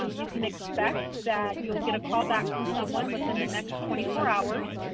um you can expect that you'll get a call back from someone within the next twenty four hours.